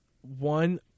One